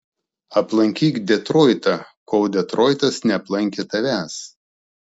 aplankyk detroitą kol detroitas neaplankė tavęs